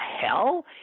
hell